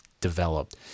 developed